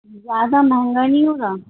زیادہ مہنگا نہیں ہوگا